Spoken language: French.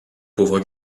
pauvre